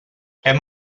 hem